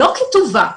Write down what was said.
לא כטובה.